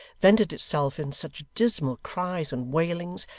vented itself in such dismal cries and wailings,